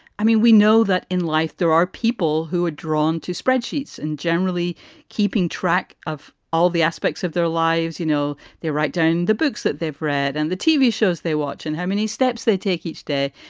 i mean, we know that in life there are people who are drawn to spreadsheets and generally keeping track of all the aspects of their lives. you know, they write down the books that they've read and the tv shows they watch and how many steps they take each day.